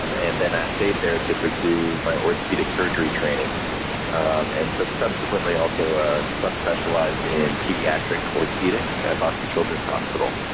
um and then i stayed there to pursue my orthopedic surgery training and so subsequently also, i subspecialized in pediatric orthopedics at boston children's hospital.